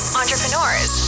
entrepreneurs